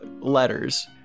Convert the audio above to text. letters